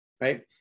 Right